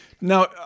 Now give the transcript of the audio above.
Now